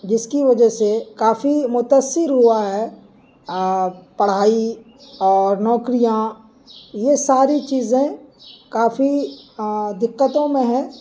جس کی وجہ سے کافی متاثر ہوا ہے پڑھائی اور نوکریاں یہ ساری چیزیں کافی دقتوں میں ہے